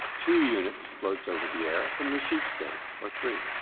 two units floats over the air from the sheep state, or three.